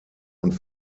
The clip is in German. und